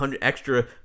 extra